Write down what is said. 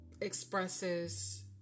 expresses